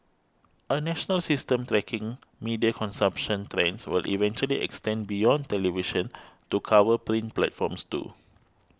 a national system tracking media consumption trends will eventually extend beyond television to cover print platforms too